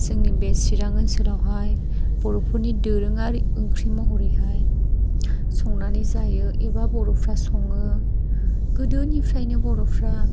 जोंनि बे सिरां ओनसोलावहाय बर'फोरनि दोरोङारि ओंख्रि महरै संनानै जायो एबा बर'फोरा सङो गोदोनिफ्रायनो बर'फोरा